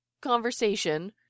conversation